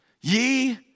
ye